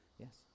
Yes